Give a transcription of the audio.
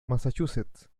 massachusetts